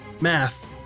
math